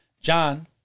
John